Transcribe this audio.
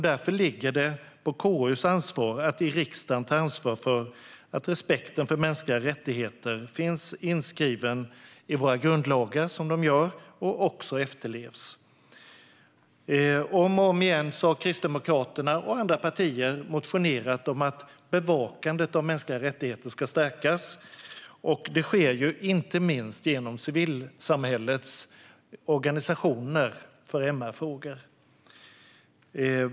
Därför ankommer det på KU att i riksdagen ta ansvar för att respekten för mänskliga rättigheter finns inskriven i våra grundlagar, vilket är fallet, och att lagen efterlevs. Om och om igen har Kristdemokraterna och andra partier motionerat om att bevakandet av mänskliga rättigheter ska stärkas. Detta sker inte minst genom civilsamhällets organisationer för MR-frågor.